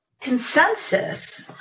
Consensus